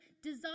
Desire